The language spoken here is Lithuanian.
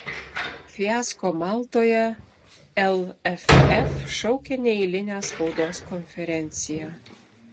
po fiasko maltoje lff šaukia neeilinę spaudos konferenciją